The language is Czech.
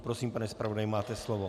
Prosím, pane zpravodaji, máte slovo.